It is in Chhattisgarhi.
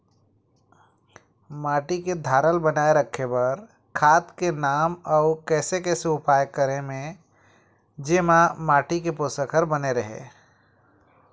माटी के धारल बनाए रखे बार खाद के नाम अउ कैसे कैसे उपाय करें भेजे मा माटी के पोषक बने रहे?